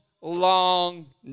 long